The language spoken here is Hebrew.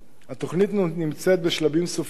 התוכנית נמצאת בשלבים סופיים של גיבוש.